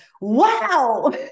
wow